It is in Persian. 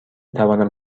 توانم